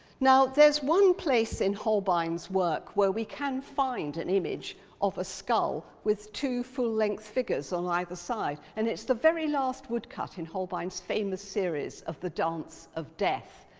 now, there's one place in holbein's work where we can find an image of a skull with two full-length figures on either side, and it's the very last woodcut in holbein's famous series of the dance of death,